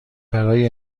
برای